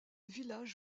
village